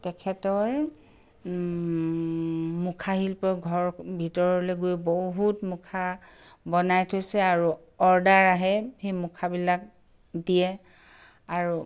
তেখেতৰ মুখাশিল্প ঘৰৰ ভিতৰলে গৈ বহুত মুখা বনাই থৈছে আৰু অৰ্ডাৰ আহে সেই মুখাবিলাক দিয়ে আৰু